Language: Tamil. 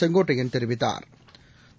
செங்கோட்டையன் தெரிவித்தாா்